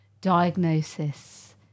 diagnosis